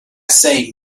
say